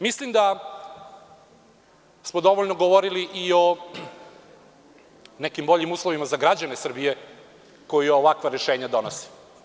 Mislim da smo dovoljno govorili i o nekim boljim uslovima za građane Srbije koji ovakva rešenja donose.